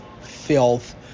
filth